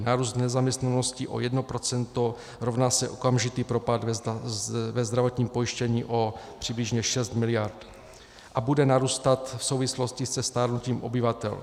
Nárůst nezaměstnanosti o jedno procento rovná se okamžitý propad ve zdravotním pojištění o přibližně 6 miliard a bude narůstat v souvislosti se stárnutím obyvatel.